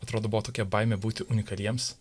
atrodo buvo tokia baimė būti unikaliems